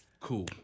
cool